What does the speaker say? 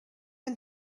and